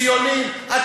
ציונים.